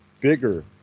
bigger